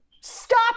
Stop